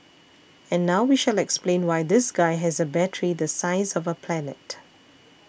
and now we shall explain why this guy has a battery the size of a planet